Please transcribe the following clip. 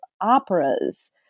operas